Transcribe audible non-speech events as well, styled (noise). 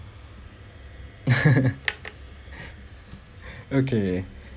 (laughs) okay